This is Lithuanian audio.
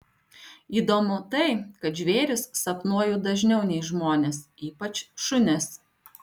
įdomu tai kad žvėris sapnuoju dažniau nei žmones ypač šunis